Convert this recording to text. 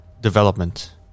Development